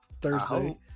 Thursday